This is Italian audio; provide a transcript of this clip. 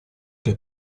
che